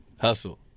Hustle